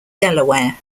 delaware